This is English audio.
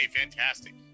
Fantastic